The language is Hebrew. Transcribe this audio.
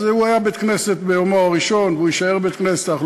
אז הוא היה בית-כנסת ביומו הראשון והוא יישאר בית-כנסת.